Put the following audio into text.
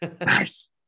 Nice